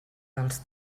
dels